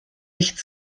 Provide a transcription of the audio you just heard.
nicht